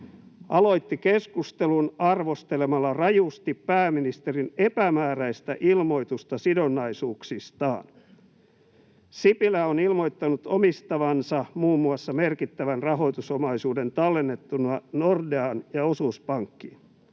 ”aloitti keskustelun arvostelemalla rajusti pääministerin epämääräistä ilmoitusta sidonnaisuuksistaan. Sipilä on ilmoittanut omistavansa muun muassa merkittävän rahoitusomaisuuden tallennettuna Nordeaan ja Osuuspankkiin.